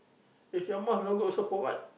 if your mouth no good also for what